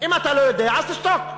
אם אתה לא יודע, אז תשתוק.